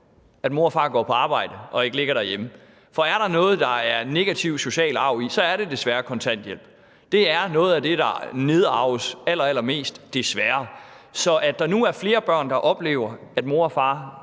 at mor og far går på arbejde og ikke ligger derhjemme. For er der noget, der er negativ social arv i, så er det desværre kontanthjælp. Det er noget af det, der nedarves allerallermest, desværre. Så at der nu er flere børn, der oplever, at mor og far